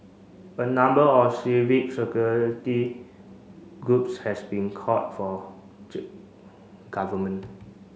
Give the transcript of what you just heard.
a number of civic groups has been called for Government